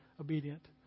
obedient